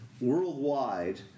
worldwide